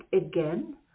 again